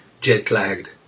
jet-lagged